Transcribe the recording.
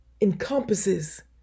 encompasses